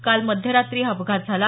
काल मध्यरात्री हा अपघात झाला